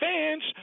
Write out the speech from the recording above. fans